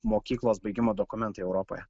mokyklos baigimo dokumentai europoje